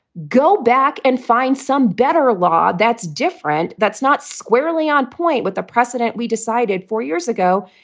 go back and find some better law that's different. that's not squarely on point with the precedent we decided four years ago.